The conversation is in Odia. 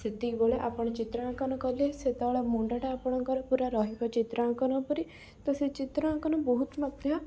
ସେତିକିବେଳେ ଆପଣ ଚିତ୍ରାଙ୍କନ କଲେ ସେତେବେଳେ ମୁଣ୍ଡଟା ଆପଣଙ୍କର ପୁରା ରହିବ ଚିତ୍ରାଙ୍କନ ଉପରେ ତ ସେ ଚିତ୍ରାଙ୍କନ ବହୁତ ମଧ୍ୟ